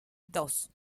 dos